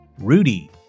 Rudy